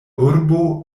urbo